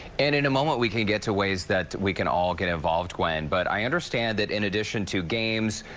and in a moment we can get to ways that we can all get involved, gwen, but i understand that in addition to games,